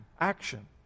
action